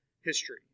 history